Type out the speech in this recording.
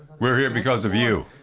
we're here because of you!